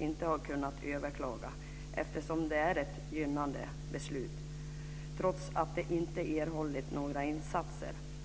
inte har kunnat överklaga - eftersom det är ett gynnande beslut - trots att de inte erhållit några insatser.